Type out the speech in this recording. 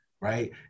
right